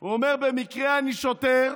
הוא אומר: במקרה אני שוטר,